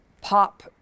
pop